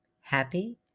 Happy